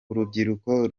urubyiruko